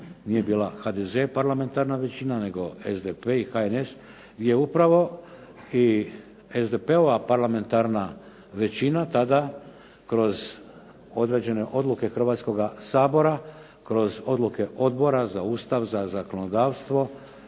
nije bila HDZ parlamentarna većina nego SDP i HNS je upravo i SDP-ova parlamentarna većina tada kroz određene odluke Hrvatskoga sabora, kroz odluke Odbora za Ustav, za zakonodavstvo,